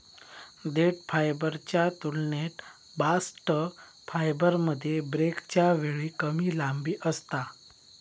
देठ फायबरच्या तुलनेत बास्ट फायबरमध्ये ब्रेकच्या वेळी कमी लांबी असता